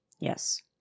Yes